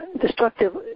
destructive